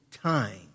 time